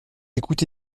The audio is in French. écouté